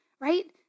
right